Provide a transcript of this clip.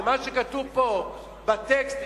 ומה שכתוב פה בטקסט,